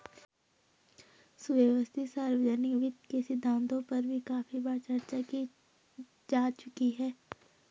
सुव्यवस्थित सार्वजनिक वित्त के सिद्धांतों पर भी काफी बार चर्चा की जा चुकी है